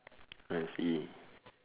I see